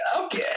Okay